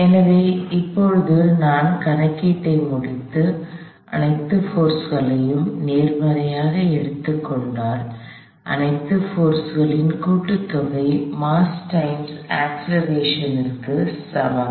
எனவே இப்போது நான் கணக்கீட்டை முடித்து அனைத்து போர்ஸ்களையும் நேர்மறையாக எடுத்துக்கொண்டால் அனைத்து போர்ஸ்களின் கூட்டுத்தொகை மாஸ் டைம்ஸ் அக்ஸ்லெரேஷன் க்கு சமம்